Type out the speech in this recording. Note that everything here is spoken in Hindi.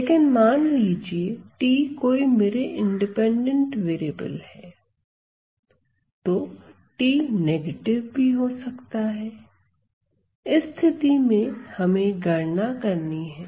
लेकिन मान लीजिए t कोई मेरे इंडिपेंडेंट वेरिएबल है तो t नेगेटिव भी हो सकता है इस स्थिति में हमें गणना करनी है